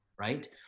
right